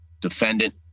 defendant